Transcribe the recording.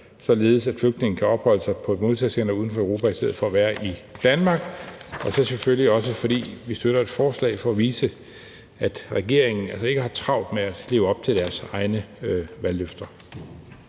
således at flygtninge kan opholde sig på et modtagecenter uden for Europa i stedet for at være i Danmark. Og for det andet støtter vi selvfølgelig forslaget for at vise, at regeringen ikke har travlt med at leve op til deres egne valgløfter.